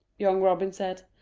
young robin said.